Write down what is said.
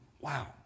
Wow